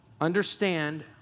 Understand